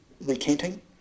recanting